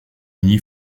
uni